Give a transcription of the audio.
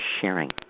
sharing